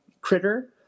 critter